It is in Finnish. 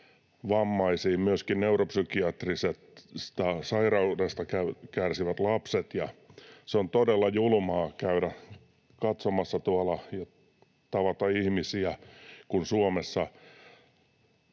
vammaisiin myöskin neuropsykiatrisesta sairaudesta kärsivät lapset. Se on todella julmaa käydä katsomassa tuolla ja tavata ihmisiä, kun Suomessa